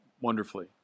wonderfully